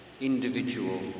individual